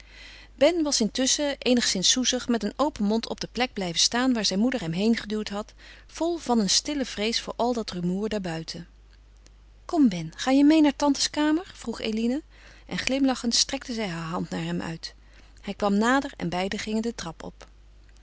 ben was intusschen eenigszins soezig met een open mond op de plek blijven staan waar zijn moeder hem heengeduwd had vol van een stille vrees voor al dat rumoer daarbuiten kom ben ga je meê naar tantes kamer vroeg eline en glimlachend strekte zij haar hand naar hem uit hij kwam nader en beiden gingen de trap op